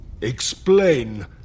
Explain